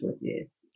yes